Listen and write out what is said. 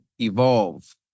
evolve